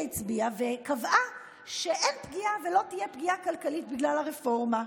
הצביעה וקבע שאין פגיעה ולא תהיה פגיעה כלכלית בגלל הרפורמה.